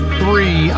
three